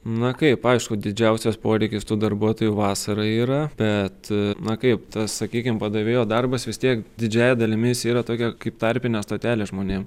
na kaip aišku didžiausias poreikis tų darbuotojų vasarą yra bet na kaip tas sakykim padavėjo darbas vis tiek didžiąja dalimi jis yra tokia kaip tarpinė stotelė žmonėm